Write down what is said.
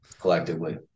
collectively